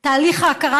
תהליך ההכרה,